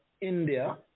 India